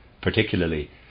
particularly